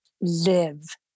live